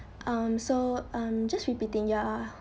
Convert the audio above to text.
um so um just repeating you're